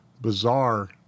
bizarre